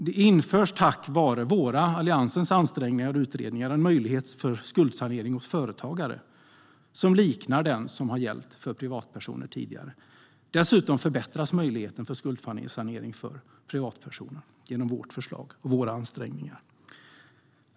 Det införs tack vare våra, Alliansens, ansträngningar och utredningar en möjlighet till skuldsanering för företagare som liknar den som tidigare har gällt för privatpersoner. Dessutom förbättras möjligheten till skuldsanering för privatpersoner genom vårt förslag och våra ansträngningar.